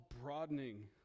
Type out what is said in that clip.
broadening